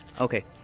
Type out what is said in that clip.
Okay